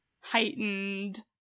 heightened